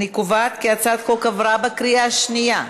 אני קובעת כי הצעת החוק עברה בקריאה השנייה.